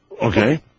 Okay